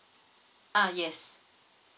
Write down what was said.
uh yes